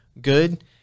good